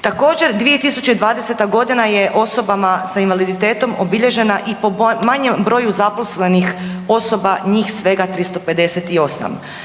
Također 2020. godina je osobama s invaliditetom obilježena i po manjem broju zaposlenih osoba, njih svega 358.